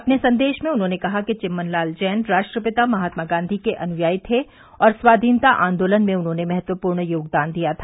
अपने संदेश में उन्होंने कहा कि चिम्मन लाल जैन राष्ट्रपिता महात्मा गांधी के अनुयायी थे और स्वाधीनता आंदोलन में उन्होंने महत्त्वपूर्ण योगदान दिया था